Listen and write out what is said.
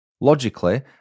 Logically